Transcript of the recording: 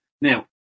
Now